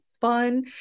fun